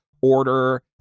order